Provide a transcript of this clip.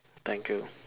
thank you